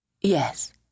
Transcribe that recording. Yes